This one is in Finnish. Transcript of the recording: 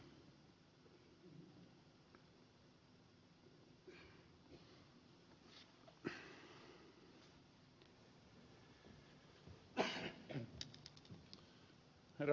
herra puhemies